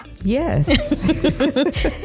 Yes